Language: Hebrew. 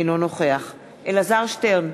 אינו נוכח אלעזר שטרן,